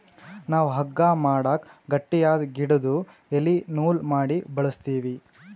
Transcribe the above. ನಾವ್ ಹಗ್ಗಾ ಮಾಡಕ್ ಗಟ್ಟಿಯಾದ್ ಗಿಡುದು ಎಲಿ ನೂಲ್ ಮಾಡಿ ಬಳಸ್ತೀವಿ